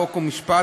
חוק ומשפט,